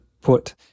put